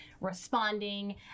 responding